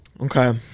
Okay